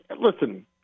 listen